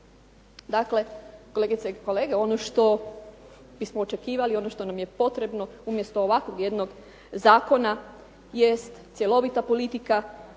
Dakle, kolegice i kolege ono što bismo očekivali ono što nam je potrebno umjesto ovakvog jednog zakona jest cjelovita politika